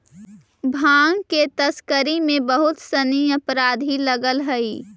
भाँग के तस्करी में बहुत सनि अपराधी लगल हइ